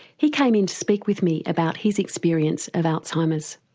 he came in to speak with me about his experience of alzheimer's.